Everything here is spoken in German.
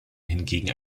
hingegen